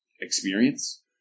experience